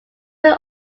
will